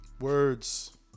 words